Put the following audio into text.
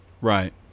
Right